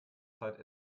zeit